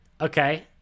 okay